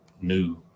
new